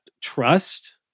trust